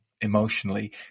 emotionally